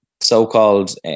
so-called